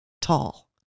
tall